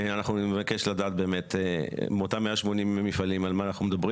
אנחנו נבקש לדעת באמת מאותם 180 מפעלים על מה אנחנו מדברים.